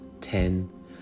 ten